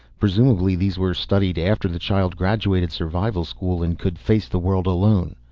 presumably these were studied after the child graduated survival school and could face the world alone.